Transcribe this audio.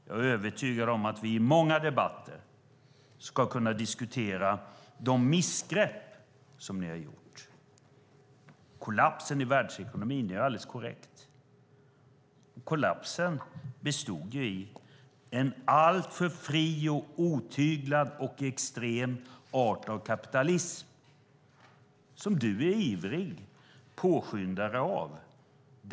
Jag är övertygad om att vi i många debatter ska kunna diskutera de missgrepp som ni har gjort. Det är alldeles korrekt att det har varit en kollaps i världsekonomin. Kollapsen bestod i en alltför fri, otyglad och extrem art av kapitalism som du, Anders Borg, är ivrig påskyndare av.